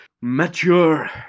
mature